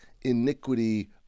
iniquity